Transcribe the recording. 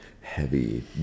heavy